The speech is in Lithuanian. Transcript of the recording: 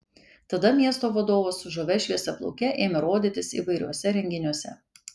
tada miesto vadovas su žavia šviesiaplauke ėmė rodytis įvairiuose renginiuose